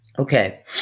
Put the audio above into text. Okay